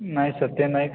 नाही सर ते नाहीत